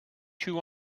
you